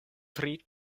tri